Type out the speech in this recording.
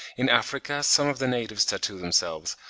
in africa some of the natives tattoo themselves,